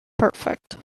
perfect